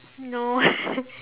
no